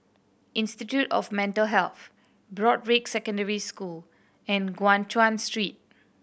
Institute of Mental Health Broadrick Secondary School and Guan Chuan Street